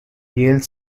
yale